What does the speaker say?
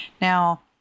Now